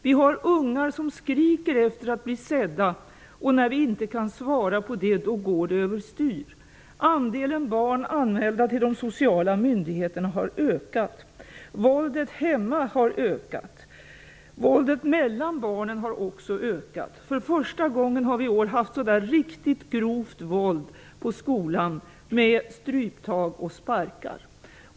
Vi har ungar som skriker efter att bli sedda. När vi inte kan svara på det, går det över styr. Andelen barn anmälda till de sociala myndigheterna har ökat. Våldet hemma har ökat. Våldet mellan barnen har också ökat. För första gången har vi i år haft riktigt grovt våld på skolan, med stryptag och sparkar.